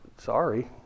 Sorry